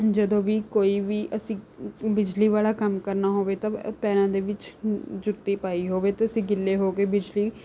ਜਦੋਂ ਵੀ ਕੋਈ ਵੀ ਅਸੀਂ ਬਿਜਲੀ ਵਾਲਾ ਕੰਮ ਕਰਨਾ ਹੋਵੇ ਤਾਂ ਪੈਰਾਂ ਦੇ ਵਿੱਚ ਜੁੱਤੀ ਪਾਈ ਹੋਵੇ ਅਤੇ ਅਸੀਂ ਗਿੱਲੇ ਹੋ ਕੇ ਬਿਜਲੀ